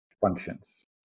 functions